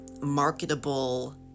marketable